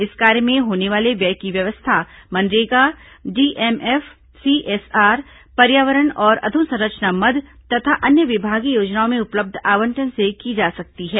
इस कार्य में होने वाले व्यय की व्यवस्था मनरेगा डीएमएफ सीएसआर पर्यावरण और अधोसंरचना मद तथा अन्य विभागीय योजनाओं में उपलब्ध आवंटन से की जा सकती है